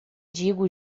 digo